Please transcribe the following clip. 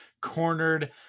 Cornered